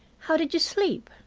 how did you sleep?